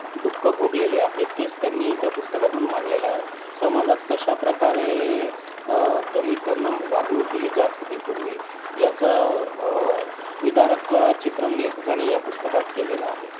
दुःखं भोगलेली आहेत तीच त्यांनी त्या पुस्तकातून मांडलेलं आहे समाजात कशा प्रकारे दलितांना वागणूक दिली जात होती पूर्वी याचं विदारक चित्रण लेखकाने या पुस्तकात केलेलं आहे